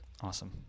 Awesome